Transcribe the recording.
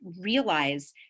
realize